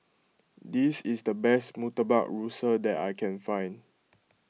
this is the best Murtabak Rusa that I can find